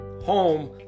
home